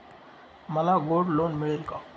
मला gold loan मिळेल का?